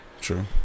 True